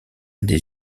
des